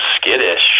skittish